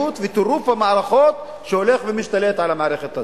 וטירוף המערכות שהולך ומשתלט על המערכת הזו.